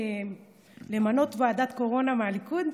למנות ועדת קורונה מהליכוד,